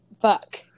fuck